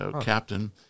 captain